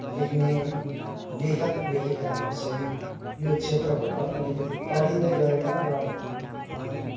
लेख्ने लेखक लेखिकाहरू चाहिँ यो क्षेत्रबाट अलिकति टाढिँदै गएका र